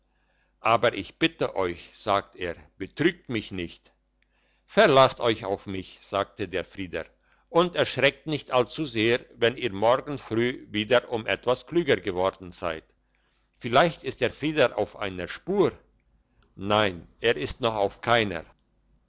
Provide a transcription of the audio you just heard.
aber ich bitte euch sagte er betrügt mich nicht verlasst euch auf mich sagte der frieder und erschreckt nicht allzusehr wenn ihr morgen früh wieder um etwas klüger geworden seid vielleicht ist der freister auf einer spur nein er ist noch auf keiner